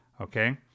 Okay